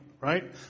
Right